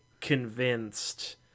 convinced